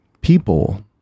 people